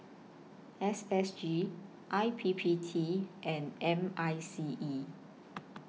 S S G I P P T and M I C E